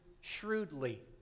shrewdly